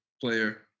player